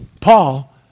Paul